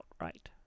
Right